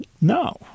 No